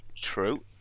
true